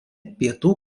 pietų